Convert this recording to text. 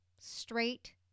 straight